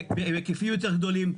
בהיקפים יותר גדולים,